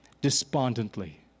despondently